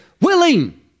willing